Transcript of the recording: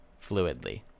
fluidly